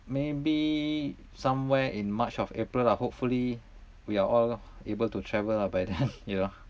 maybe somewhere in march or april lah hopefully we are all able to travel lah by then you know